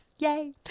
Yay